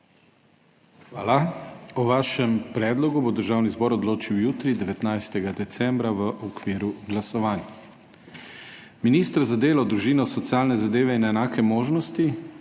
Hvala. O vašem predlogu bo Državni zbor odločil jutri, 19. decembra, v okviru glasovanj. Minister za delo, družino, socialne zadeve in enake možnosti